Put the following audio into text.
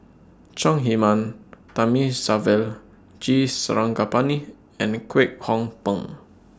Chong Heman Thamizhavel G Sarangapani and Kwek Hong Png